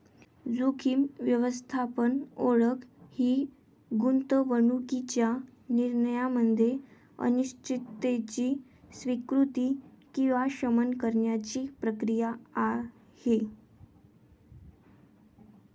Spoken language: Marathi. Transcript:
जोखीम व्यवस्थापन ओळख ही गुंतवणूकीच्या निर्णयामध्ये अनिश्चिततेची स्वीकृती किंवा शमन करण्याची प्रक्रिया आहे